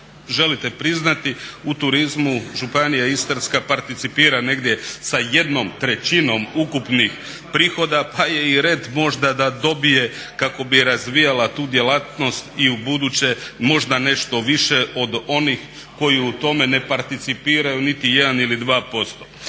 želite priznati u turizmu Županija Istarska participira negdje sa 1/3 ukupnih prihoda, pa je i red možda da dobije kako bi razvijala tu djelatnost i u buduće možda nešto više od onih koji u tome ne participiraju niti jedan ili dva posto.